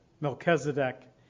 Melchizedek